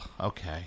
okay